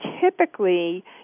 typically